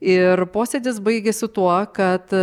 ir posėdis baigėsi tuo kad